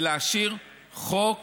והשארנו חוק